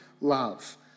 love